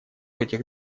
этих